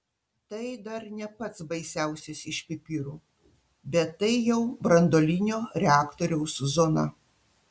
tai dar ne pats baisiausias iš pipirų bet tai jau branduolinio reaktoriaus zona